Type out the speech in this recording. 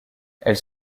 elle